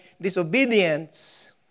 disobedience